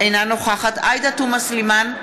אינה נוכחת עאידה תומא סלימאן,